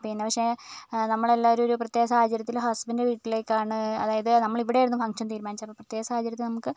പിന്നെ പക്ഷേ നമ്മൾ എല്ലാവരും ഒരു പ്രത്യേക സാഹചര്യത്തിൽ ഹസ്ബന്റിന്റെ വീട്ടിലേക്കാണ് അതായത് നമ്മൾ ഇവിടെയായിരുന്നു ഫംഗ്ഷൻ തീരുമാനിച്ചത് അപ്പോൾ പ്രത്യേക സാഹചര്യത്തിൽ നമുക്ക്